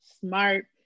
smart